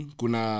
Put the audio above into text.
kuna